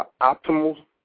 optimal